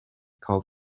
called